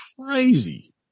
crazy